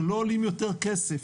שלא עולים יותר כסף,